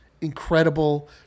Incredible